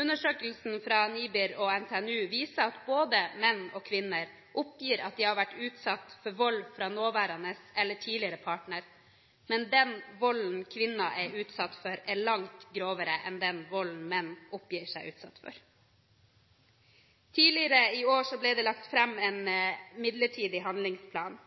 Undersøkelsen fra NIBR og NTNU viser at både menn og kvinner oppgir at de har vært utsatt for vold fra nåværende eller tidligere partner. Men den volden kvinner er utsatt for, er langt grovere enn den volden menn oppgir å være utsatt for. Tidligere i år ble det lagt fram en midlertidig handlingsplan,